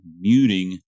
muting